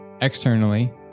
Externally